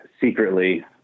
secretly –